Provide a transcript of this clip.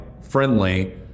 friendly